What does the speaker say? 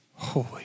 Holy